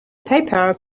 paper